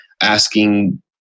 asking